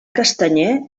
castanyer